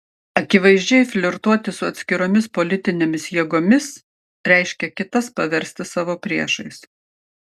akivaizdžiai flirtuoti su atskiromis politinėmis jėgomis reiškia kitas paversti savo priešais